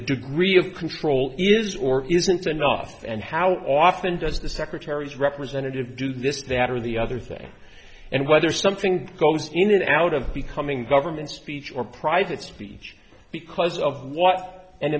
degree of control is or isn't enough and how often does the secretary's representative do this that or the other thing and whether something goes in and out of becoming government speech or private speech because of what an